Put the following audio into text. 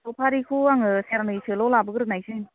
सफारिखौ आङो सेरनैसोल' लाबोग्रोनोसै